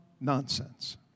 nonsense